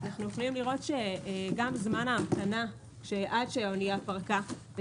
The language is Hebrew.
גם זמן ההמתנה עד שהאוניה פרקה,